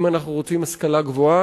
אם אנחנו רוצים השכלה גבוהה,